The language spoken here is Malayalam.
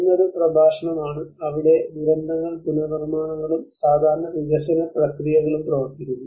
ഒന്ന് ഒരു പ്രഭാഷണമാണ് അവിടെ ദുരന്തങ്ങൾ പുനർനിർമ്മാണങ്ങളും സാധാരണ വികസന പ്രക്രിയകളും പ്രവർത്തിക്കുന്നു